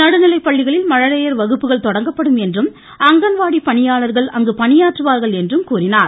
நடுநிலைப்பள்ளிகளில் மழலையர் வகுப்புகள் தொடங்கப்படும் என்றும் அங்கன்வாடி பணியாளர்கள் அங்கு பணியாற்றுவார்கள் என்றும் கூறினார்